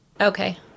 Okay